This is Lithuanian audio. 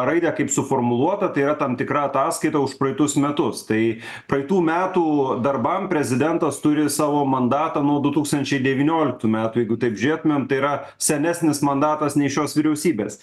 raidę kaip suformuluota tai yra tam tikra ataskaita už praeitus metus tai praeitų metų darbam prezidentas turi savo mandatą nuo du tūkstančiai devynioliktų metų jeigu taip žiūrėtumėm tai yra senesnis mandatas nei šios vyriausybės